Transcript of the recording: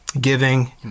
Giving